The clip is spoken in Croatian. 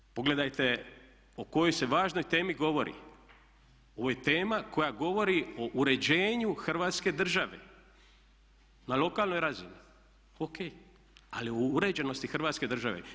U toj, pogledajte o kojoj se važnoj temi govori, ovo je tema koja govori o uređenju Hrvatske države na lokalnoj razini, O.K., ali o uređenosti Hrvatske države.